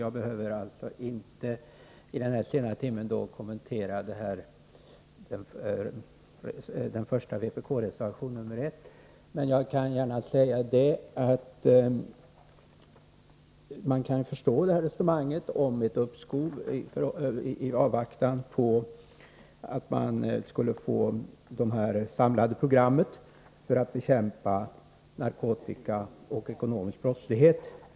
Jag behöver i denna sena timme inte kommentera reservation 1, men jag vill gärna säga att man kan förstå resonemanget om ett uppskov i avvaktan på att vi får det samlade programmet för att bekämpa narkotikabrottsligheten och den ekonomiska brottsligheten.